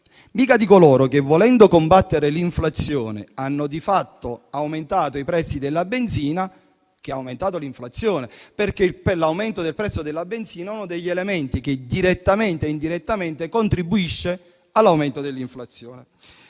mica di coloro che, volendo combattere l'inflazione, hanno di fatto aumentato i prezzi della benzina, che ha aumentato l'inflazione (perché l'aumento del prezzo della benzina è uno degli elementi che, direttamente e indirettamente, contribuiscono all'aumento dell'inflazione).